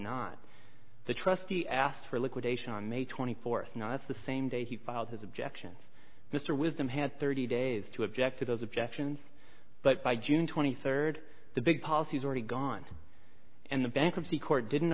not the trustee asked for liquidation on may twenty fourth not the same day he filed his objections mr wisdom had thirty days to object to those objections but by june twenty third the big policy's already gone and the bankruptcy court didn't